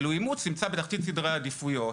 ואילו אימוץ נמצא בתחתית סדרי העדיפויות.